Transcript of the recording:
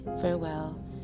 farewell